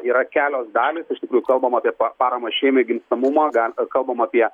yra kelios dalys iš tikrųjų kalbam apie pa paramą šeimai gimstamumo dar kalbam apie